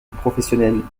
professionnel